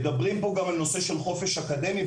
מדברים פה גם על נושא של חופש אקדמי,